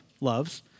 loves